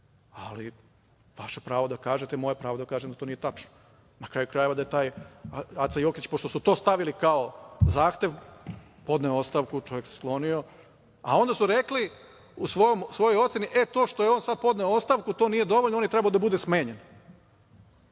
ali vaše je pravo da kažete a moje pravo je da kažem da to nije tačno. Na kraju krajeva, taj Aca Jokić je, pošto su to stavili kao zahtev, podneo ostavku, čovek se sklonio. A onda su rekli u svojoj oceni - e, to što je on sad podneo ostavku, to nije dovoljno, on je trebao da bude smenjen.